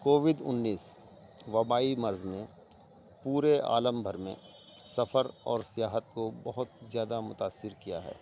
Covid انیس وبائی مرض میں پورے عالم بھر میں سفر اور سیاحت کو بہت زیادہ متاثر کیا ہے